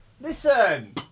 Listen